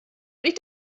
nicht